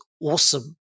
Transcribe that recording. awesome